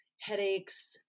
headaches